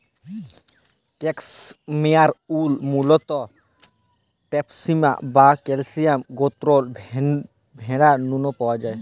cashmere wool মুলত পসমিনা বা cashmere গোত্রর ভেড়া নু পাওয়া যায়